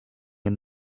and